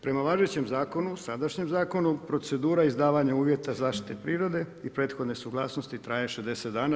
Prema važećem zakonu, sadašnjem zakonu procedura izdavanja uvjeta zaštite prirode i prethodne suglasnosti traje 60 dana.